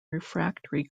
refractory